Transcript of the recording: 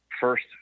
first